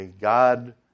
God